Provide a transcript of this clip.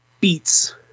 beats